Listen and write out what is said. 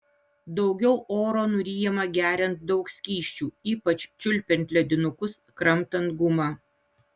daugiau oro nuryjama geriant daug skysčių ypač čiulpiant ledinukus kramtant gumą